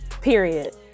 period